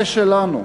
זהה לשלנו,